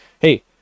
Hey